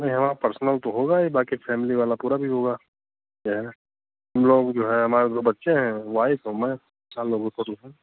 नहीं हमारा पर्सनल तो होगा ही बाक़ी फैमिली वाला पूरा भी होगा जो है हम लोग जो है हमारे दो बच्चे हैं वाइफ़ और मैं चार लोगों का वो है